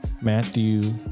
Matthew